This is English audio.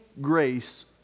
grace